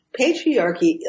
Patriarchy